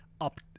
up